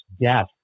death